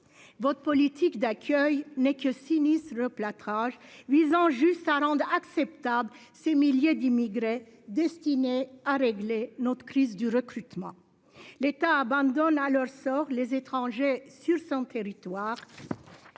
Votre politique d'accueil n'est que sinistre replâtrage visant juste à rendre acceptable, ces milliers d'immigrés. Destinées à régler notre crise du recrutement. L'État abandonne à leur sort les étrangers sur son territoire.